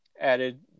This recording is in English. added